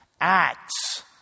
acts